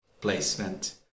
placement